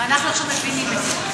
ואנחנו עכשיו מבינים את זה.